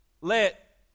Let